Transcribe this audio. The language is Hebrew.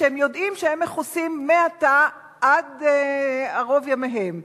הם יודעים שהם מכוסים מעתה עד ערוב ימיהם.